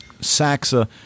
Saxa